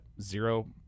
zero